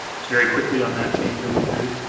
very quickly on that change are we agreed?